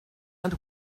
and